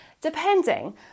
depending